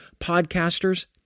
podcasters